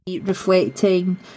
reflecting